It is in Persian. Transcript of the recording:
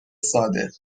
ساده